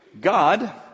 God